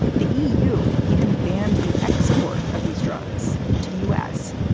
the eu even banned the export of these drugs to the u s.